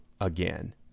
again